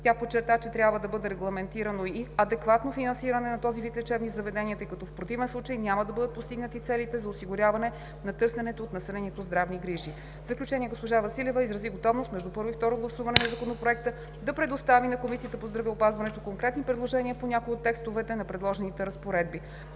Тя подчерта, че трябва да бъде регламентирано и адекватно финансиране на този вид лечебни заведения, тъй като в противен случай няма да бъдат постигнати целите за осигуряване на търсените от населението здравни грижи. В заключение, госпожа Василева изрази готовност между първо и второ гласуване на Законопроекта да предостави на Комисията по здравеопазването конкретни предложения по някои от текстовете на предложените разпоредби.